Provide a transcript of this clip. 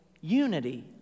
unity